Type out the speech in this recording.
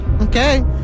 Okay